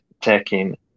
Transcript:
taking